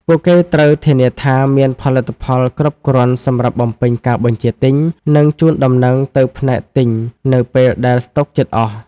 ពួកគេត្រូវធានាថាមានផលិតផលគ្រប់គ្រាន់សម្រាប់បំពេញការបញ្ជាទិញ និងជូនដំណឹងទៅផ្នែកទិញនៅពេលដែលស្តុកជិតអស់។